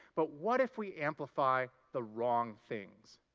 but what if we amplify the wrong things?